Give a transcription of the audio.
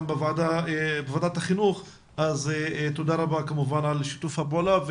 בוועדת החינוך אז תודה רבה כמובן על שיתוף הפעולה.